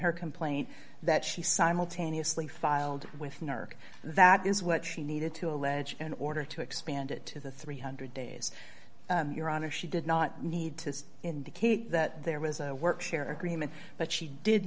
her complaint that she simultaneously filed with nerk that is what she needed to allege in order to expand it to the three hundred days your honor she did not need to indicate that there was a work share agreement but she did